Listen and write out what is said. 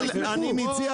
אני מציע